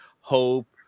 Hope